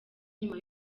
nyuma